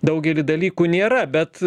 daugelį dalykų nėra bet